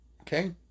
okay